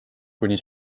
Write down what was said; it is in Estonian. kuni